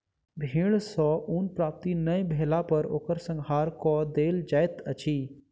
भेड़ सॅ ऊन प्राप्ति नै भेला पर ओकर संहार कअ देल जाइत अछि